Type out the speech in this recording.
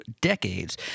decades